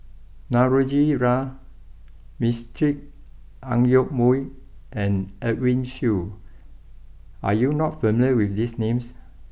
Navroji R Mistri Ang Yoke Mooi and Edwin Siew are you not familiar with these names